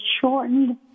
shortened